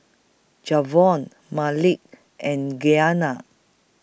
Javion Malik and Giana